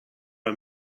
are